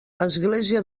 església